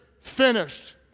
finished